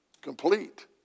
Complete